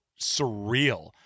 surreal